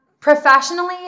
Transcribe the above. professionally